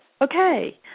Okay